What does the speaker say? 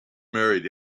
married